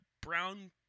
brown